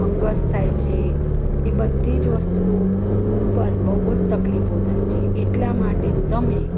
fungus થાય છે એ બધી જ વસ્તુઓ ઉપર બહું જ તકલીફો થાય છે એટલાં માટે તમે